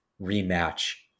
rematch